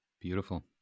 beautiful